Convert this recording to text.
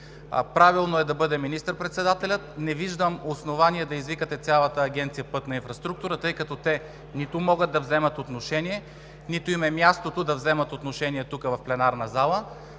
Правилно е да бъде министър-председателят. Не виждам основание да извикате цялата Агенция „Пътна инфраструктура“, тъй като те нито могат да вземат отношение, нито им е мястото да взимат отношение тук в пленарната зала.